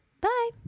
Bye